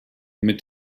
mit